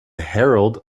herald